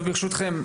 טוב, ברשותכם.